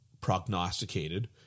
prognosticated